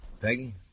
Peggy